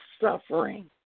suffering